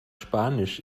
spanisch